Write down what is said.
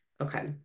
Okay